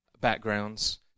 backgrounds